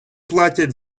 платять